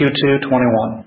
Q2-21